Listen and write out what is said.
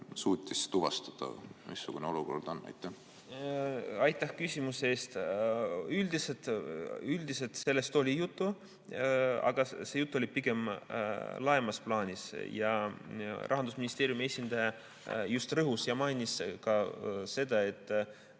suutis tuvastada, missugune olukord on? Aitäh küsimuse eest! Üldiselt sellest oli juttu, aga see jutt oli pigem laiemas plaanis. Rahandusministeeriumi esindaja just rõhutas ja mainis ka seda, et